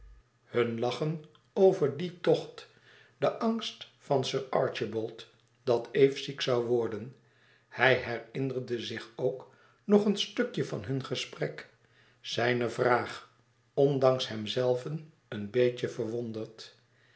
hun lachen over dien tocht de angst van sir archibald dat eve ziek zoû worden hij herinnerde zich ook nog een stukje van hun gesprek zijne vraag ondanks hemzelven een beetje verwonderd